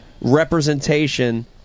representation